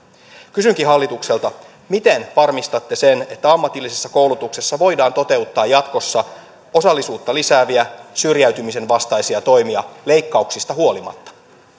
kysynkin hallitukselta miten varmistatte sen että ammatillisessa koulutuksessa voidaan toteuttaa jatkossa osallisuutta lisääviä syrjäytymisen vastaisia toimia leikkauksista huolimatta